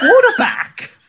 quarterback